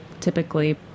typically